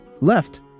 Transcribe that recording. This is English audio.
left